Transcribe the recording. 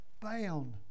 bound